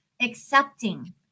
accepting